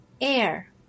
Air